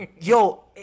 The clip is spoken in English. yo